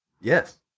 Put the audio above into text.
Yes